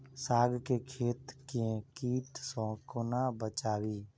साग केँ खेत केँ कीट सऽ कोना बचाबी?